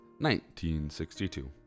1962